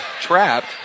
trapped